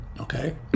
Okay